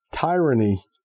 Tyranny